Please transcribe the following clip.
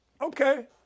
Okay